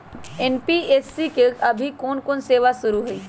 NBFC में अभी कोन कोन सेवा शुरु हई?